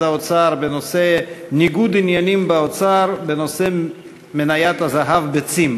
האוצר בנושא: ניגוד עניינים באוצר בנושא מניית הזהב ב"צים".